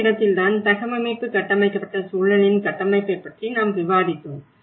இந்த இடத்தில்தான் தகவமைப்பு கட்டமைக்கப்பட்ட சூழலின் கட்டமைப்பைப் பற்றி நாம் விவாதித்தோம்